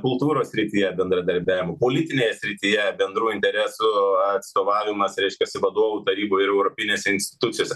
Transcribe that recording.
kultūros srityje bendradarbiavimo politinėje srityje bendrų interesų atstovavimas reiškiasi vadovų taryboj ir europinėse institucijose